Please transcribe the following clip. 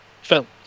films